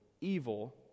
evil